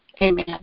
Amen